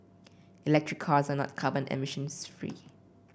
electric cars are not carbon emissions free